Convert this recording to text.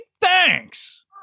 Thanks